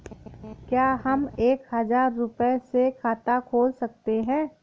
क्या हम एक हजार रुपये से खाता खोल सकते हैं?